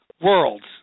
worlds